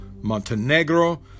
Montenegro